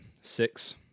six